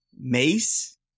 Mace